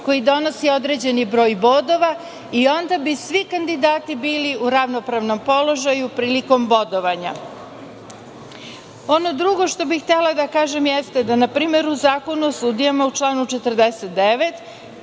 koji donosi određeni broj bodova i onda bi svi kandidati bili u ravnopravnom položaju prilikom bodovanja. Ono drugo što bih htela da kažem, jeste da na primer u Zakonu o sudijama u članu 49,